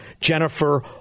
Jennifer